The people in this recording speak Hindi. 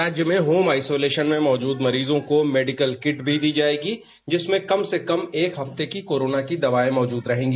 राज्य में ओम आइसोलेशन में मौजूद मरीजों को मेडिकल किट दी जाएगी जिसमें कम से कम एक हफ्ते की कोरोना की दवाएं भी मौजूद रहेंगी